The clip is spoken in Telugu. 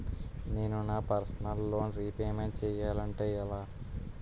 నేను నా పర్సనల్ లోన్ రీపేమెంట్ చేయాలంటే ఎలా?